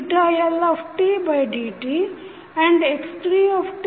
x1tmt Ltx2tdLtdtandx3tdmdt